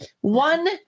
One